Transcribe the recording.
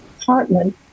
Hartman